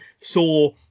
saw